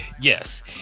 yes